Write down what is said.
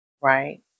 right